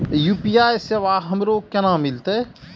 UPI सेवा हमरो केना मिलते?